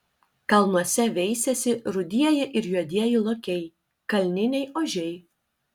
kalnuose veisiasi rudieji ir juodieji lokiai kalniniai ožiai